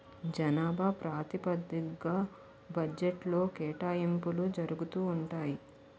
జనాభా ప్రాతిపదిగ్గా బడ్జెట్లో కేటాయింపులు జరుగుతూ ఉంటాయి